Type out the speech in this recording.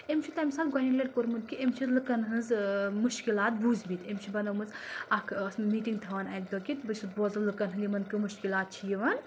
أمۍ چھِ تَمہِ ساتہٕ گۄڈنِچ لَٹہِ کوٚرمُت کہِ أمۍ چھِ لُکَن ہٕنٛز مُشکِلات بوٗزمٕتۍ أمۍ چھِ بَنٲومٕژ اکھ ٲس میٖٹِنٛگ تھَاوان اَکہِ دۄہ کِتھ بہٕ چھُس بوزُن لُکَن ہٕنٛدۍ یِمن کُن مُشکِلات چھِ یِوان